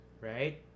Right